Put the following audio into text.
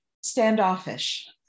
standoffish